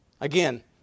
Again